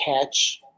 catch